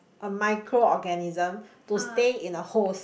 a micro organism to stay in a host